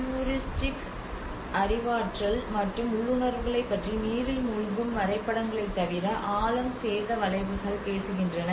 heuristics அறிவாற்றல் மற்றும் உள்ளுணர்வுகளைப் பற்றி நீரில் மூழ்கும் வரைபடங்களைத் தவிர ஆழம் சேத வளைவுகள் பேசுகின்றன